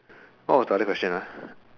what was the other question